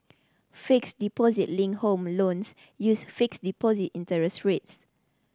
fixed deposit linked home loans use fixed deposit interest rates